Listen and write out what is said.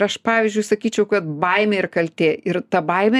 aš pavyzdžiui sakyčiau kad baimė ir kaltė ir ta baimė